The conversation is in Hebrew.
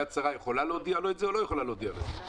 יד שרה יכולה להודיע לו את זה או לא יכולה להודיע לו את זה?